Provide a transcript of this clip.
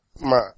ma